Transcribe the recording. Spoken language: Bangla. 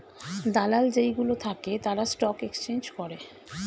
দালাল যেই গুলো থাকে তারা স্টক এক্সচেঞ্জ করে